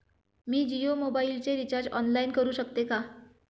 मी जियो मोबाइलचे recharge online करू शकते का?